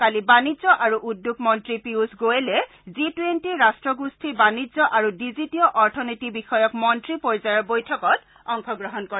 কালি বাণিজ্য আৰু উদ্যোগ মন্ত্ৰী পিয়ুষ গোৰেলে জি টুৱেণ্টি ৰাষ্ট্ৰগোষ্ঠীৰ বাণিজ্য আৰু ডিজিটীয় অৰ্থনীতি বিষয়ক মন্ত্ৰী পৰ্যায়ৰ বৈঠকত অংশগ্ৰহণ কৰে